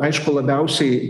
aišku labiausiai